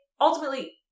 ultimately